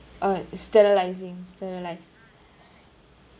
uh sterilising sterilise